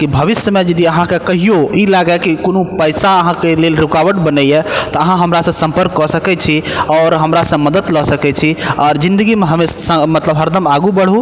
कि भविष्यमे यदि अहाँके कहियो ई लागय कि कोनो पैसा अहाँके लेल रूकावट बनैये तऽ अहाँ हमरासँ सम्पर्क कऽ सकय छी आओर हमरासँ मदति लअ सकय छी आओर जिंदगीमे हमेशा मतलब हरदम आगू बढ़ु